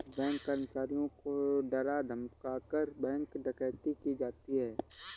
bank कर्मचारियों को डरा धमकाकर, बैंक डकैती की जाती है